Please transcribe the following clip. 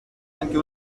anche